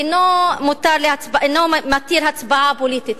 אינו מתיר הצבעה פוליטית,